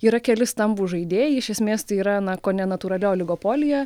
yra keli stambūs žaidėjai iš esmės tai yra na kone natūrali oligopolija